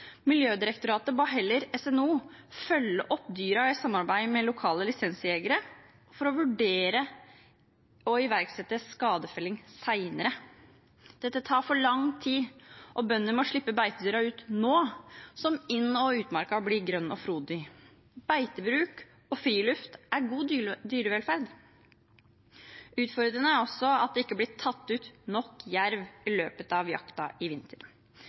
Miljødirektoratet ba heller SNO om å følge opp dyrene i samarbeid med lokale lisensjegere for å vurdere å iverksette skadefelling senere. Dette tar for lang tid. Bøndene må slippe beitedyrene ut nå som inn- og utmarka blir grønn og frodig. Beitebruk og friluft er god dyrevelferd. Det er også utfordrende at det ikke ble tatt ut nok jerv i løpet av jakta i vinter.